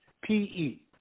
P-E